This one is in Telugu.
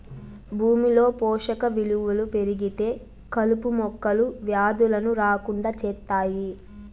భూమిలో పోషక విలువలు పెరిగితే కలుపు మొక్కలు, వ్యాధులను రాకుండా చేత్తాయి